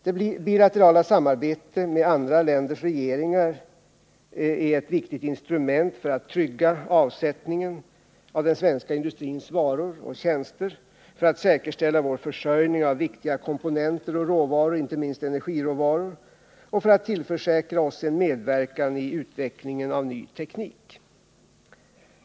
Det bilaterala samarbetet med andra länders regeringar ärett viktigt instrument för att trygga avsättningen av den svenska industrins varor och tjänster, för att säkerställa vår försörjning av viktiga komponenter och råvaror, inte minst energiråvaror, samt att tillförsäkra oss en medverkan i utvecklingen av ny teknik.